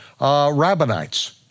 rabbinites